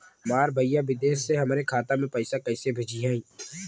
हमार भईया विदेश से हमारे खाता में पैसा कैसे भेजिह्न्न?